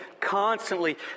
constantly